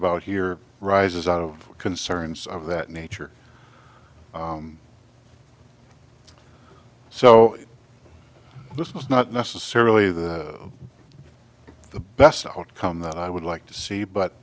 about here rises out of concerns of that nature so this is not necessarily the best outcome that i would like to see